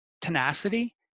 tenacity